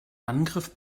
angriff